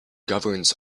governs